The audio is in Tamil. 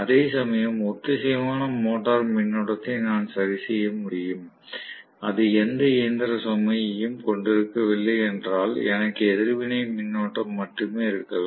அதேசமயம் ஒத்திசைவான மோட்டார் மின்னோட்டத்தை நான் சரி செய்ய முடியும் அது எந்த இயந்திர சுமையையும் கொண்டிருக்கவில்லை என்றால் எனக்கு எதிர்வினை மின்னோட்டம் மட்டுமே இருக்கலாம்